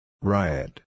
Riot